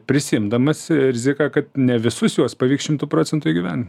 prisiimdamas riziką kad ne visus juos pavyks šimtu procentų įgyven